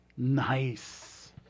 nice